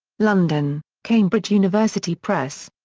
london cambridge university press.